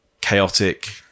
chaotic